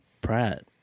Pratt